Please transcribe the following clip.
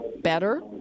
better